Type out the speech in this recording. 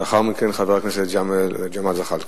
לאחר מכן, חבר הכנסת ג'מאל זחאלקה.